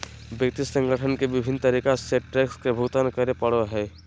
व्यक्ति संगठन के विभिन्न तरीका से टैक्स के भुगतान करे पड़ो हइ